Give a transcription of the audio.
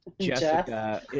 Jessica